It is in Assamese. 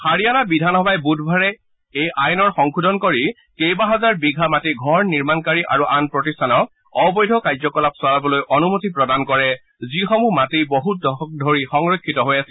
হাৰিয়ানা বিধানসভাই বুধবাৰে এই আইনৰ সংশোধন কৰি কেইবাহাজাৰ বিঘা মাটি ঘৰ নিৰ্মাণকাৰী আৰু আন প্ৰতিষ্ঠানক অবৈধ কাৰ্যকলাপ চলাবলৈ অনুমতি প্ৰদান কৰে যিসমূহ মাটি বহু দশক ধৰি সংৰক্ষিত হৈ আছিল